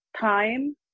time